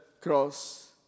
cross